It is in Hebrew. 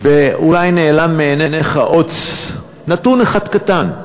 אולי נעלם מעיניך עוד נתון אחד קטן,